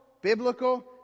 biblical